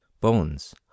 Bones